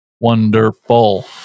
wonderful